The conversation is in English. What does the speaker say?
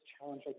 challenge